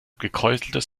gekräuseltes